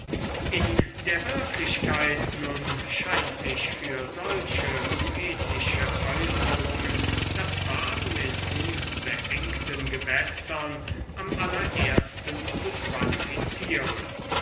in der wirklichkeit nun scheint sich für solche poetische äußerungen das baden in unbeengten gewässern am allerersten zu qualifizieren